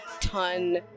ton